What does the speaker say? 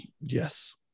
Yes